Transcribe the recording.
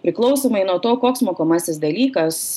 priklausomai nuo to koks mokomasis dalykas